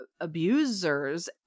abusers